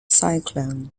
cyclone